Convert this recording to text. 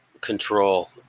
control